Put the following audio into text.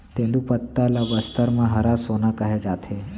तेंदूपत्ता ल बस्तर म हरा सोना कहे जाथे